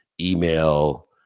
email